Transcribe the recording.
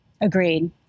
Agreed